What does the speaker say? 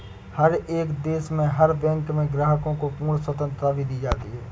हर एक देश में हर बैंक में ग्राहकों को पूर्ण स्वतन्त्रता भी दी जाती है